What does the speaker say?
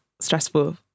stressful